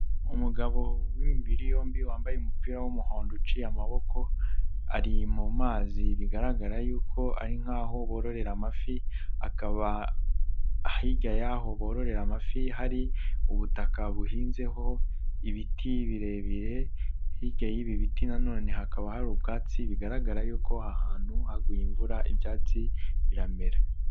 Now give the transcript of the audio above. Umugabo w'biri yombi wambaye umupira w'umuhondo uciye amaboko, ari mu mazi bigaragara yuko ari nk'aho bororera amafi, akaba hijya y'aho bororera amafi, hari ubutaka buhinzeho ibiti birebire, hirya y'ibi biti na none hakaba hari ubwatsi bigaragara yuko ahantu haguye imvura ibyatsi biramera.